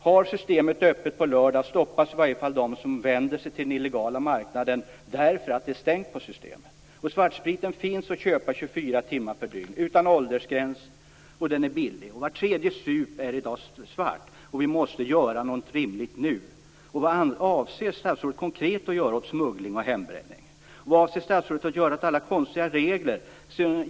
Har systemet öppet på lördagar stoppas i varje fall de som nu vänder sig till den illegala marknaden därför att det är lördagsstängt på systemet. Svartspriten finns att köpa 24 timmar per dygn utan åldersgräns, och den är billig. Var tredje sup är i dag svart. Vi måste göra något rimligt nu. Vad avser statsrådet konkret att göra åt smuggling och hembränning? Vad avser statsrådet att göra åt alla konstiga regler?